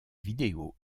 vidéo